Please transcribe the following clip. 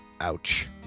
Ouch